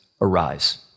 arise